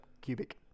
cubic